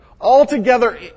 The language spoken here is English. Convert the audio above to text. altogether